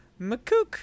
McCook